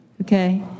Okay